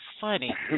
funny